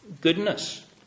goodness